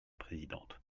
présidente